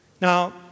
Now